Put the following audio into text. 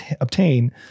obtain